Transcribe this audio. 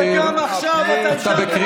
וגם עכשיו אתה הגדלת את הווקף.